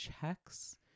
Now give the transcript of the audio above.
checks